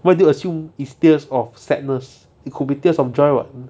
why do you assume is tears of sadness it could be tears of joy [what]